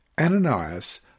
Ananias